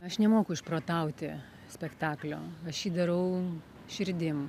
aš nemoku išprotauti spektaklio aš jį darau širdim